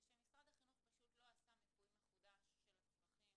זה שמשרד החינוך פשוט לא עשה מיפוי מחודש של הצרכים